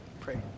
Pray